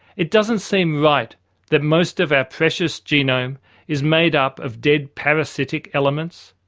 it doesn't seem right that most of our precious genome is made up of dead parasitic elements.